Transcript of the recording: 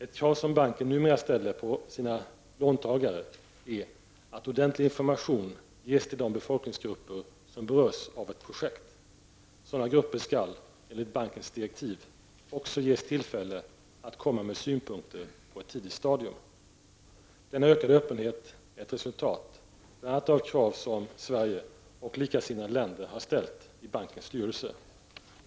Ett krav som banken numera ställer på sina låntagare är att ordentlig information ges till de befolkningsgrupper som berörs av ett projekt. Sådana grupper skall enligt bankens direktiv också ges tillfälle att komma med synpunkter på ett tidigt stadium. Denna ökade öppenhet är ett resultat bl.a. av krav som Sverige och likasinnade länder har ställt i bankens styrelse.